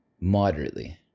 Moderately